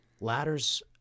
Ladders